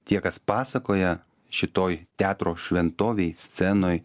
tie kas pasakoja šitoj teatro šventovėj scenoj